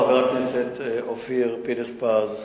חבר הכנסת אופיר פינס-פז,